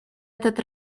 этот